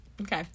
Okay